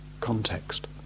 context